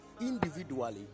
individually